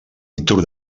virtut